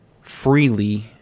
freely